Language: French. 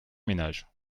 ménages